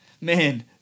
man